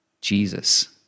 Jesus